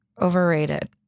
overrated